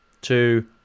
two